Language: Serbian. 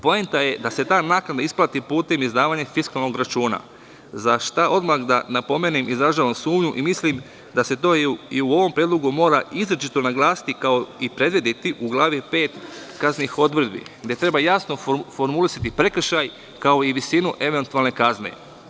Poenta je da se ta naknada isplati putem izdavanja fiskalnog računa, za šta odmah da napomenem i izražavam sumnju i mislim da se to i u ovom predlogu mora izričito naglasiti, kao i predvideti u glavi 5. kaznenih odredbi, gde treba jasno formulisati prekršaj, kao i visinu eventualne kazne.